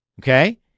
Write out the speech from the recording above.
okay